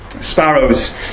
sparrows